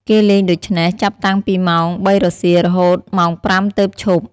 គេលេងដូច្នេះ ចាប់តាំងពីម៉ោងបីរសៀលរហូតម៉ោង ៥ ទើបឈប់ ។